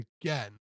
again